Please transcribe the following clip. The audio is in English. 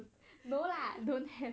no lah don't have